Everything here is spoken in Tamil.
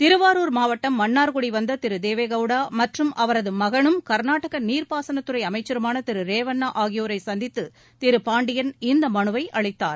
திருவாரூர் மாவட்டம் மன்னார்குடி வந்த திரு தேவேகவுடா மற்றும் அவரது மகனும் கர்நாடக நீர்ப்பாசனத்துறை அமைச்சருமான திரு ரேவண்ணா ஆ கியோரை சந்தித்து திரு பாண்டியன் இந்த மனுவை அளித்தார்